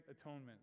atonement